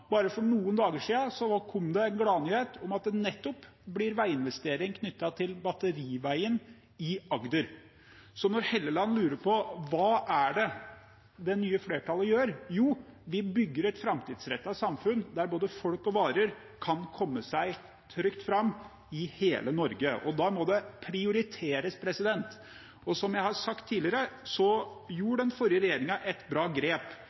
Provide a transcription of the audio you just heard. For bare noen dager siden kom gladnyheten om at det blir veiinvestering knyttet til Batteriveien i Agder. Når representanten Helleland spør hva det nye flertallet gjør, er svaret at vi bygger et framtidsrettet samfunn der både folk og varer kan komme seg trygt fram i hele Norge. Da må det prioriteres. Som jeg har sagt tidligere, gjorde den forrige regjeringen et bra grep